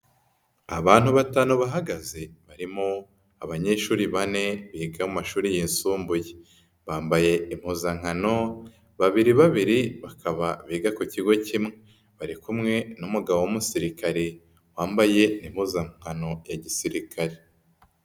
Abantu batanu bahagaze barimo abanyeshuri bane biga mu mashuri yisumbuye, bambaye impuzankano babiri babiri bakaba biga ku kigo kimwe, bari kumwe n'umugabo w'umusirikare wambaye impuzankano ya gisirikare.